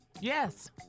Yes